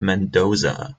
mendoza